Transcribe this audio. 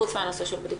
פרט לבדיקות?